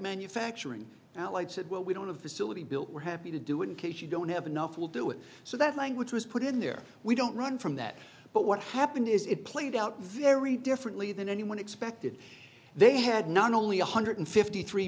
manufacturing like said well we don't have the syllabi built we're happy to do it in case you don't have enough we'll do it so that language was put in there we don't run from that but what happened is it played out very differently than anyone expected they had not only one hundred fifty three